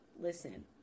Listen